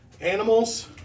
Animals